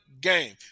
game